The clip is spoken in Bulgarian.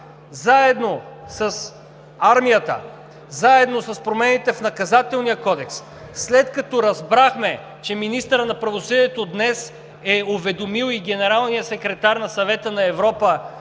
заедно с армията, заедно с промените в Наказателния кодекс, след като разбрахме, че министърът на правосъдието днес е уведомил и генералния секретар на Съвета на Европа,